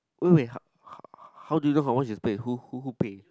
wait wait how how do you know how much is pay who who pay